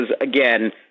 again